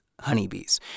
honeybees